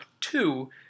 two